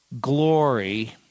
glory